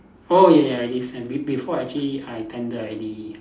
oh ya ya I did send be~ before I actually I tender already